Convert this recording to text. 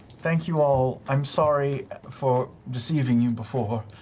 thank you all. i'm sorry for deceiving you before,